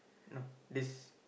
no this